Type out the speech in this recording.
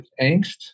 angst